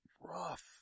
rough